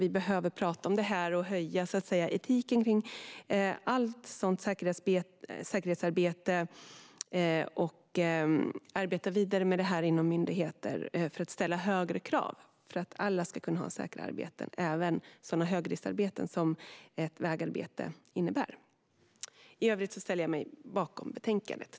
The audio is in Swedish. Vi behöver tala om detta, höja etiken kring allt säkerhetsarbete och arbeta vidare med detta inom myndigheter för att ställa högre krav. Alla ska ha säkra arbeten, även de som sysslar med sådant högriskarbete som vägarbete innebär. I övrigt ställer jag mig bakom utskottets förslag.